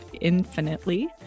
infinitely